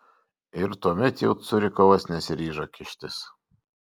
ir tuomet jau curikovas nesiryžo kištis